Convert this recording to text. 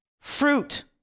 fruit